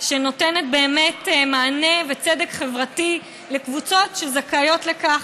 שנותנת באמת מענה וצדק חברתי לקבוצות שזכאיות לכך.